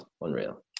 unreal